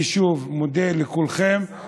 אני שוב מודה לכולכם,